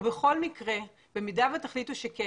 בכל מקרה, במידה ותחליטו שכן,